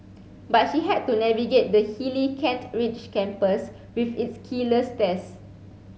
but she had to navigate the hilly Kent Ridge campus with its killer stairs